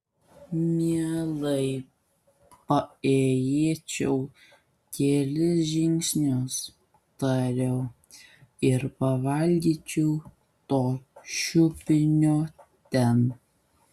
mielai paėjėčiau kelis žingsnius tariau ir pavalgyčiau to šiupinio ten